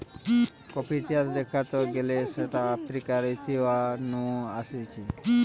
কফির ইতিহাস দ্যাখতে গেলে সেটা আফ্রিকার ইথিওপিয়া নু আসতিছে